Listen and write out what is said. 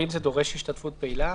ואם זה דורש השתתפות פעילה?